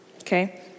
okay